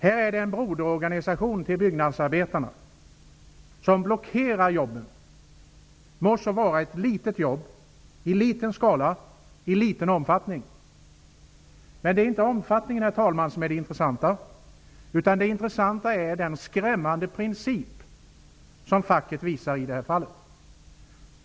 Här är det fråga om en broderorganisation till Byggnadsarbetareförbundet som blockerar jobben. Må så vara att det är ett litet jobb i liten skala och i liten omfattning. Men det är inte omfattningen, herr talman, som är det intressanta. Det intressanta är den skrämmande principiella inställning som facket visar i det här fallet.